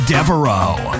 Devereaux